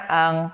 ang